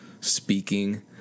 speaking